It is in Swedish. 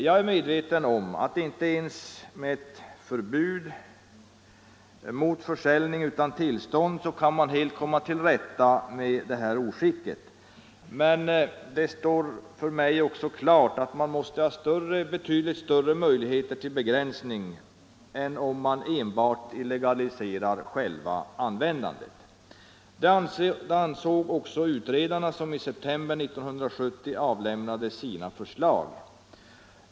Jag är medveten om att man inte ens med ett förbud mot försäljning utan tillstånd kan komma helt till rätta med detta oskick, men det står också klart för mig att man måste ha större möjligheter till begränsning än om vi enbart illegaliserar själva användandet. Det ansåg också utredarna, som i september 1970 avlämnade sina förslag.